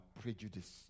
prejudice